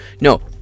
no